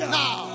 now